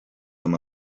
him